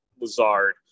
Lazard